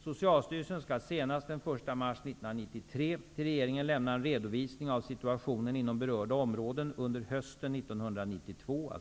Socialstyrelsen skall senast den 1 mars 1993 till regeringen lämna en redovisning av situationen inom berörda områden under hösten 1992.